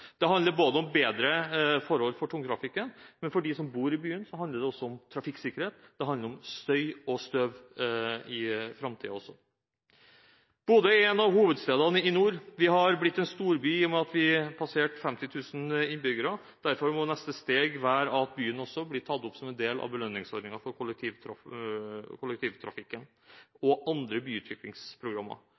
Det handler om bedre forhold for tungtrafikken, men for dem som bor i byen, handler det om trafikksikkerhet, støy og støv i framtiden også. Bodø er en av hovedstedene i nord. Vi har blitt en storby, i og med at vi har passert 50 000 innbyggere, og derfor må det neste steget være at byen blir tatt opp som en del av belønningsordningen for kollektivtrafikken og blir en del av andre byutviklingsprogrammer.